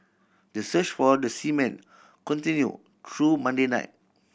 the search for the seamen continue through Monday night